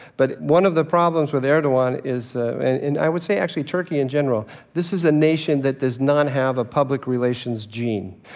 but one of the problems with erdogan is and i would say, actually, turkey in general this is a nation that does not have a public relations gene,